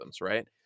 right